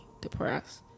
depressed